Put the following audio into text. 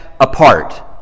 apart